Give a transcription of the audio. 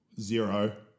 zero